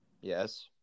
Yes